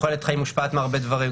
תוחלת החיים מושפעת מהרבה דברים,